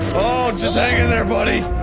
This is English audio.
oh just hang in there, buddy!